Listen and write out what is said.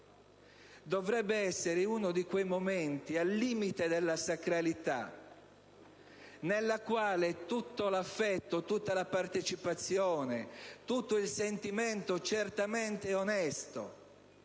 Dovrebbe essere uno di quei momenti al limite della sacralità, nei quali tutto l'affetto e la partecipazione, tutto il sentimento - certamente onesto